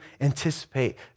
anticipate